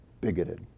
bigoted